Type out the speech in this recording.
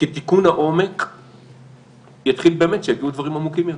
כי תיקון יתחיל באמת כשיגיעו דברים עמוקים יותר.